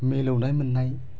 मिलौनाय मोननाय